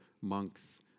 monks